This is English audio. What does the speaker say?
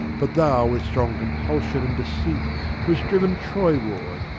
but thou with strong compulsion and deceit was driven troyward,